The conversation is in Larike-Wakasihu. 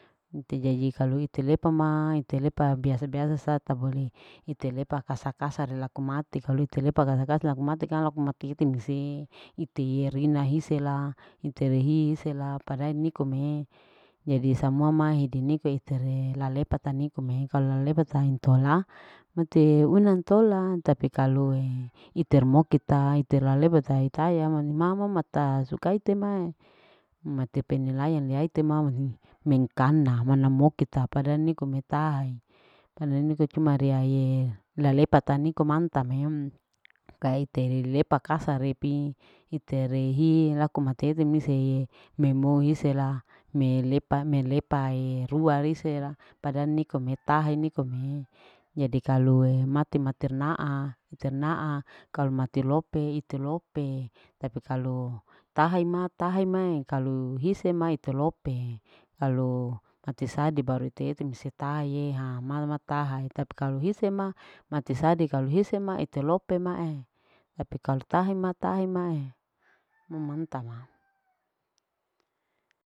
. Ite jadi kalu ite lepa ma ite lepa biasa-biasa sa tabole ite lepa kasar-kasar aku mati kalu ite lepa kasar-kasar laku mati kang laku mati ite mise ite yerina hisela ite rehi sela padae nikome jadi samua ma hidi niko itere lalepata nikome kalu lalepa ta intola mati una ntola tapi kalue iter moke ta iter lalepa tai taya mama mata suka ite ma mate penilaian ya ite ma hi mengkana mana moke ta pada nikome tahae tada niko cuma riae lalepata niko manta me kaite lepa kasare pi itere hi laku mate ite mise ye memo hisela melepa-melepa rua hisela pada nikome tahe nikome jadi kalue mati maternaa-maternaa kalu mati lope ite lope tapi kalu tahi ma taha imae kalu hise ma ite lope kalu mati sadi baru ite ite mise tahe yeha malama tahae tapi kalu hise ma mati sadi kalu hise ma ite lope mae tapi kalu tahe ma tahe ma memanta ma.